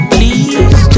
Please